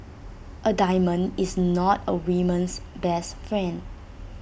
A diamond is not A woman's best friend